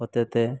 ᱦᱚᱛᱮᱛᱮ